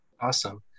Awesome